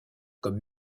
comme